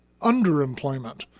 underemployment